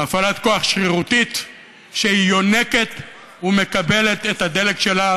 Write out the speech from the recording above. הפעלת כוח שרירותית שיונקת ומקבלת את הדלק שלה